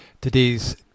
Today's